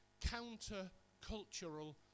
counter-cultural